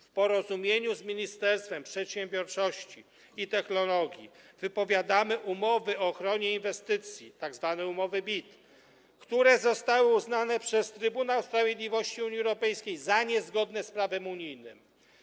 W porozumieniu z Ministerstwem Przedsiębiorczości i Technologii wypowiadamy umowy o ochronie inwestycji, tzw. umowy BIT, które zostały uznane przez Trybunał Sprawiedliwości Unii Europejskiej za niezgodne z prawem unijnym.